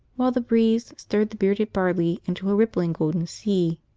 while the breeze stirred the bearded barley into a rippling golden sea.